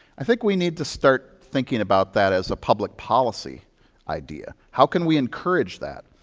i think we need to start thinking about that as a public policy idea. how can we encourage that?